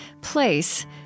Place